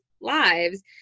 lives